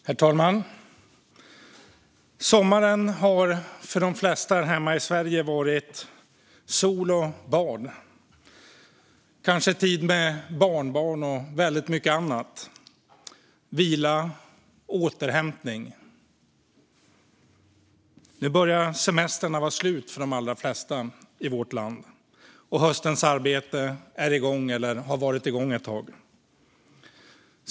Herr talman! Sommaren har för de flesta här hemma i Sverige inneburit sol och bad, kanske tid med barnbarn och väldigt mycket annat, vila och återhämtning. Nu börjar semestrarna vara slut för de allra flesta i vårt land, och höstens arbete är igång eller har varit igång ett tag.